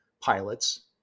pilots